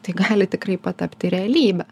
tai gali tikrai patapti realybe